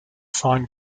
fine